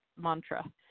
mantra